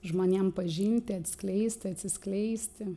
žmonėm pažinti atskleisti atsiskleisti